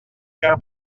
cap